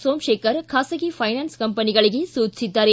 ಸೋಮಶೇಖರ್ ಖಾಸಗಿ ಫೈನಾನ್ಸ್ ಕಂಪನಿಗಳಿಗೆ ಸೂಚಿಸಿದ್ದಾರೆ